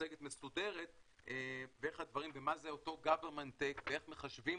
במצגת מסודרת ואיך מה זה אותו government take ואיך מחשבים